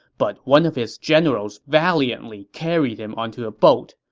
but one of his generals valiantly carried him onto a boat.